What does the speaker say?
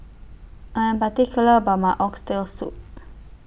I Am particular about My Oxtail Soup